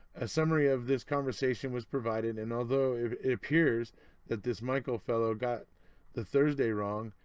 a summary of this conversation was provided and although it it appears that this michael fellow got the thursday wrong,